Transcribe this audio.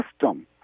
system